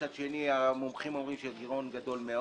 מצד שני, מומחים אומרים שהגירעון גדול מאוד.